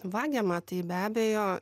vagiama tai be abejo